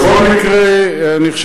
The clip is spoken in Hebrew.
אז רציתי להגיד לך בדיוק שברזל טרם מצאנו,